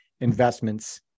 investments